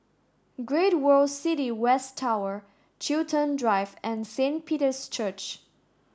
Great World City West Tower Chiltern Drive and Saint Peter's Church